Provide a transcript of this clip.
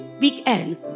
weekend